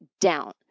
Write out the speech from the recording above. down